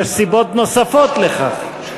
יש סיבות נוספות לכך.